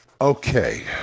Okay